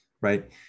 right